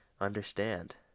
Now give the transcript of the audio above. understand